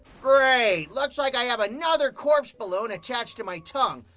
great. looks like i have another corpse balloon attached to my tongue.